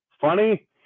funny